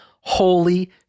Holy